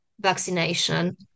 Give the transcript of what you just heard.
vaccination